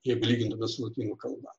jeigu lygintume su lotynų kalba